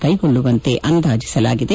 ಕೈಗೊಳ್ಳುವಂತೆ ಅಂದಾಜಿಸಲಾಗಿದೆ